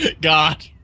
God